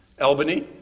Albany